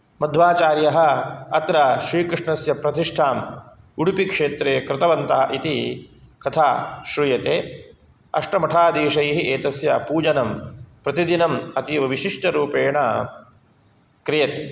मध्वचार्यः अत्र श्रीकृष्णस्य प्रतिष्ठाम् उडुपिक्षेत्रे कृतवन्तः इति कथा श्रूयते अष्टमठादीशैः एतस्य पूजनं प्रतिदिनम् अतीवविशिष्टरूपेण क्रियते